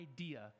idea